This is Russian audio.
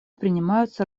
принимаются